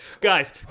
guys